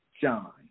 John